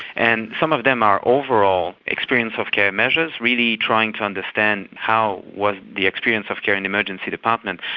and some of them are overall experience of care measures, really trying to understand how was the experience of care in emergency departments,